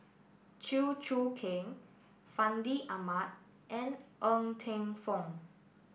Chew Choo Keng Fandi Ahmad and Ng Teng Fong